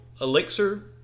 Elixir